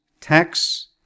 tax